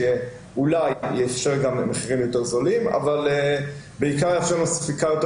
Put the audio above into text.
שאולי יאפשר גם מחירים יותר זולים אבל בעיקר יאפשר ספיקה יותר